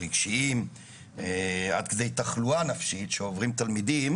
הרגשיים עד כדי תחלואה נפשית שעוברים תלמידים,